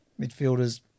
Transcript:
midfielders